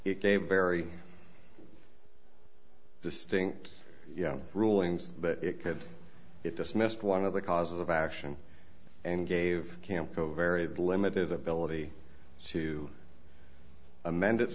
gave very distinct rulings that it could get dismissed one of the causes of action and gave can't go very limited ability to amend